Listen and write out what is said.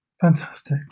Fantastic